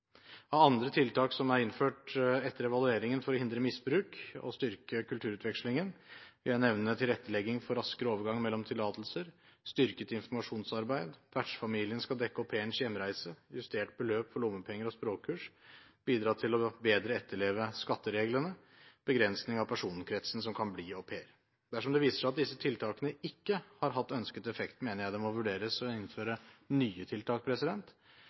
Av andre tiltak som er innført etter evalueringen for å hindre misbruk og styrke kulturutvekslingen, vil jeg nevne tilrettelegging for raskere overgang mellom tillatelser, styrket informasjonsarbeid, at vertsfamilien skal dekke au pairens hjemreise, justert beløp for lommepenger og språkkurs, at man bidrar til bedre å etterleve skattereglene og begrensning av personkretsen som kan bli au pairer. Dersom det viser seg at disse tiltakene ikke har hatt ønsket effekt, mener jeg det må vurderes å innføre nye tiltak.